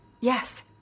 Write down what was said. Yes